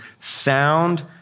sound